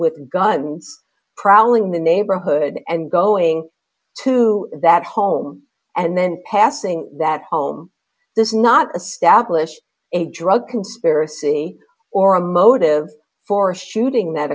with guns prowling the neighborhood and going to that home and then passing that home this is not establish a drug conspiracy or a motive for shooting that